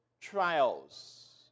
trials